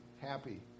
happy